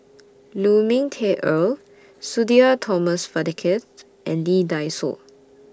Lu Ming Teh Earl Sudhir Thomas Vadaketh and Lee Dai Soh